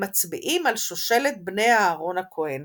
הם מצביעים על שושלת בני אהרן הכהן